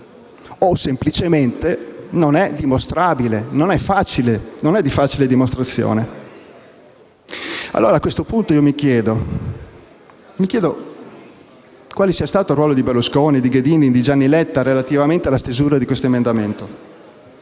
o semplicemente non è dimostrabile o non è di facile dimostrazione. A questo punto mi chiedo quale sia stato il ruolo di Berlusconi, di Ghedini, di Gianni Letta relativamente alla stesura del citato emendamento;